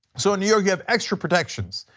so in new york you have extra protections.